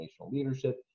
Leadership